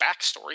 backstory